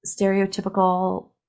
stereotypical